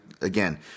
again